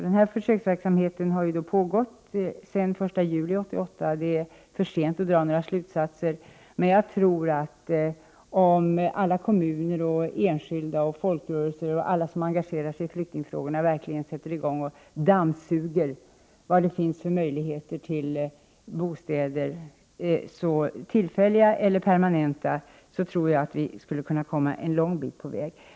Denna försöksverksamhet har pågått sedan den 1 juli 1988. Det är för tidigt att dra några slutsatser ännu. Men jag tror att vi skulle kunna komma en lång bit på väg om alla kommuner, enskilda och folkrörelser, alla som engagerar sig i flyktingfrågan, verkligen sätter i gång och dammsuger vilka möjligheter till bostäder, tillfälliga eller permanenta, som finns.